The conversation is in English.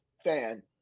fan